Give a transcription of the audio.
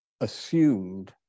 assumed